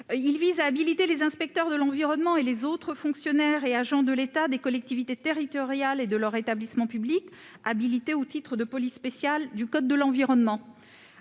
il vise à autoriser les inspecteurs de l'environnement, les autres fonctionnaires et agents de l'État, des collectivités territoriales et de leurs établissements publics habilités au titre de police spéciale du code de l'environnement